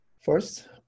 First